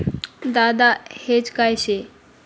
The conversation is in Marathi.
दादा हेज काय शे?